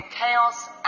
chaos